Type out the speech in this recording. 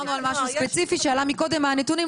דיברנו על משהו ספציפי שעלה קודם מהנתונים.